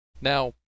Now